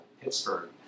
Pittsburgh